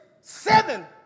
seven